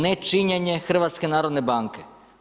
Nečinjenje HNB-a.